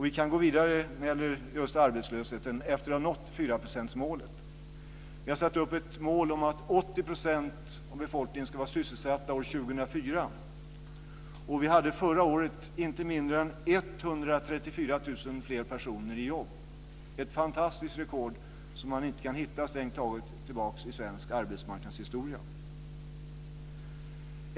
Vi kan gå vidare när det gäller arbetslösheten efter att ha nått fyraprocentsmålet. Vi har satt upp ett mål om att 80 % av befolkningen ska vara sysselsatta år 2004. Vi hade förra året inte mindre än 134 000 fler personer i jobb, ett fantastiskt rekord som man strängt taget inte kan hitta tillbaka i svensk arbetsmarknadshistoria.